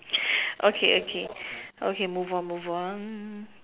okay okay okay move on move on